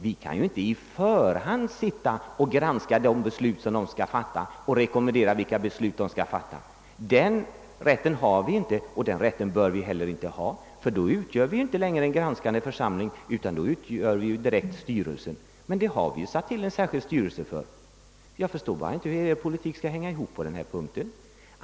Vi kan inte på förhand granska de beslut som riksbankens styrelse skall fatta eller rekommendera vilka beslut som skall fattas. Den rätten har vi inte, och den bör vi inte heller ha; i så fall utgör vi inte längre en granskande församling, utan då är vi själva styrelsen. Men vi har ju redan tillsatt en särskild styrelse för detta ändamål. Jag förstår bara inte hur er politik skall hänga ihop på denna punkt.